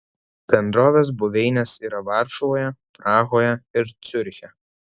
bendrovės buveinės yra varšuvoje prahoje ir ciuriche